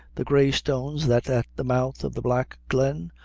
the grey stone that's at the mouth of the black glen?